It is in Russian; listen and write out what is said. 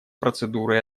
процедуры